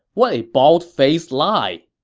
what a bald-faced lie!